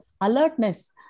Alertness